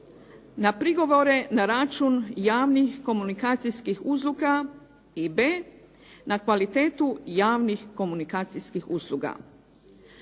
na prigovore na račun javnih komunikacijskih usluga i b) na kvalitetu javnih komunikacijskih usluga.